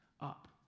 up